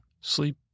sleep